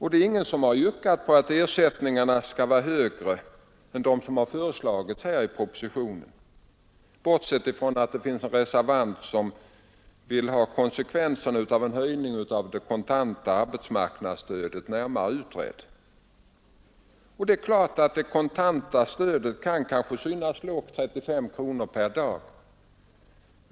Det är ingen som har yrkat att ersättningarna skall vara högre än de som föreslagits i propositionen, bortsett från att en reservant vill att konsekvenserna av höjningen av det kontanta arbetslöshetsstödet närmare skall utredas. Självfallet kan det kontanta stödet, 35 kronor per dag, synas lågt.